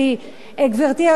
גברתי היושבת-ראש,